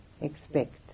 expect